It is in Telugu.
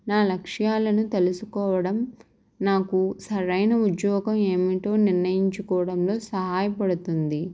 నా లక్ష్యాలను తెలుసుకోవడం నాకు సరైన ఉద్యోగం ఏమిటో నిర్ణయించుకోవడంలో సహాయపడుతుంది